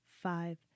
five